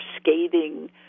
scathing